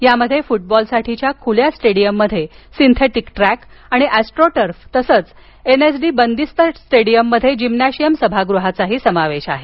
यामध्ये फुटबॉलसाठीच्या खुल्या स्टेडीयममध्ये सिंथेटिक ट्रेक आणि अस्ट्रो टर्फ तसेच एनएसडी बंदिस्त स्टेडीयममध्ये जिम्नाशियाम सभागृहाचाही समावेश आहे